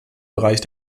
bereich